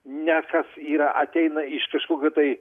ne kas yra ateina iš kažkokio tai